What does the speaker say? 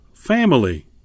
Family